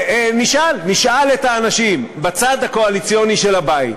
ונשאל, נשאל את האנשים בצד הקואליציוני של הבית,